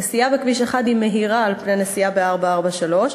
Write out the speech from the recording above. נסיעה בכביש 1 היא מהירה מנסיעה בכביש 443,